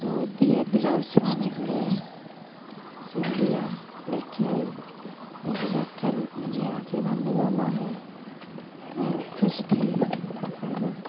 तो वो दिए ब्लाउज सिलने के लिए सिल दिया लेके आई ऐसे रख कल मुझे राखी बांधने जाना है मैं खुश थी एकदम